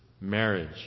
marriage